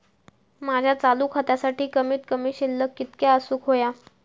माझ्या चालू खात्यासाठी कमित कमी शिल्लक कितक्या असूक होया?